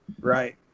Right